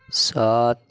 سات